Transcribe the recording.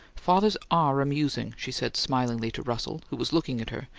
fathers are amusing, she said smilingly to russell, who was looking at her,